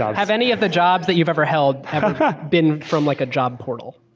ah and have any of the jobs that you've ever held have been from like a job portal?